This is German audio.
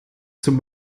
zum